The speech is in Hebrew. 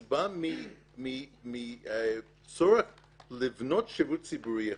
זה בא מצורך לבנות שירות ציבורי איכותי.